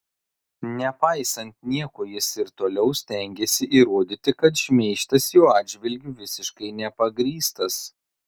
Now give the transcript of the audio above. nepaisant nieko jis ir toliau stengiasi įrodyti kad šmeižtas jo atžvilgiu visiškai nepagrįstas